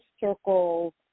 circle